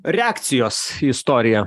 reakcijos į istoriją